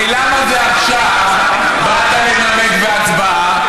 למה עכשיו באת לנמק בהצבעה?